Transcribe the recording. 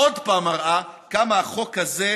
עוד פעם מראה כמה החוק הזה,